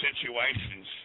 situations